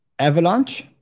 Avalanche